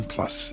Plus